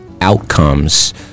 outcomes